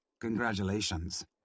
Congratulations